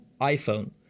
iPhone